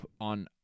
on